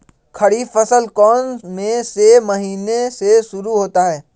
खरीफ फसल कौन में से महीने से शुरू होता है?